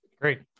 great